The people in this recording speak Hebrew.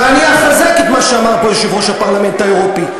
ואני אחזק את מה שאמר פה יושב-ראש הפרלמנט האירופי,